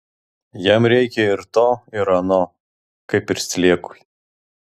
jam reikia ir to ir ano kaip ir sliekui